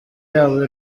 yabo